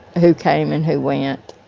who came and who went,